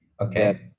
Okay